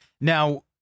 now